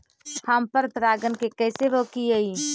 हम पर परागण के कैसे रोकिअई?